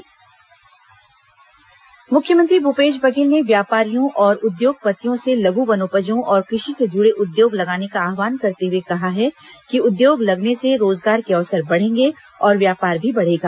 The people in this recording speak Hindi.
मुख्यमंत्री चेंबर ऑफ कॉमर्स मुख्यमंत्री भूपेश बघेल ने व्यापारियों और उद्योगपतियों से लघु वनोपजों और कृषि से जुड़े उद्योग लगाने का आव्हान करते हुए कहा है कि उद्योग लगने से रोजगार के अवसर बढ़ेंगे और व्यापार भी बढ़ेगा